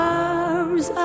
arms